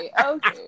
okay